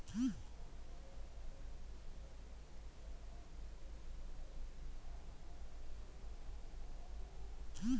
ಗರೀಬ್ ಕಲ್ಯಾಣ ರೋಜ್ಗಾರ್ ಯೋಜನೆಲಿ ಮನೆ ಹತ್ರನೇ ದಿನಗೂಲಿ ಕೊಡೋ ಯೋಜನೆಯಾಗಿದೆ